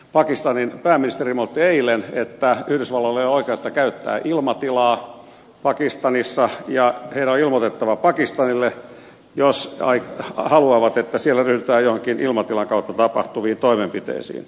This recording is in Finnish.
pakistanin pääministeri ilmoitti eilen että yhdysvalloilla ei ole oikeutta käyttää ilmatilaa pakistanissa ja heidän on ilmoitettava pakistanille jos haluavat että siellä ryhdytään joihinkin ilmatilan kautta tapahtuviin toimenpiteisiin